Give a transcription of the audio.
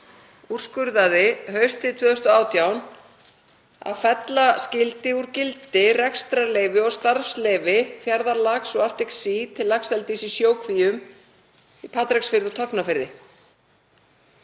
úrskurðaði haustið 2018 að fella skyldi úr gildi rekstrarleyfi og starfsleyfi Fjarðarlax og Arctic Sea til laxeldis í sjókvíum í Patreksfirði og Tálknafirði.